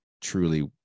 truly